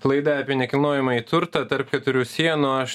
laida apie nekilnojamąjį turtą tarp keturių sienų aš